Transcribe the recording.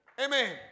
Amen